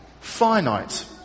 finite